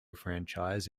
franchise